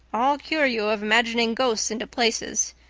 i'll cure you of imagining ghosts into places.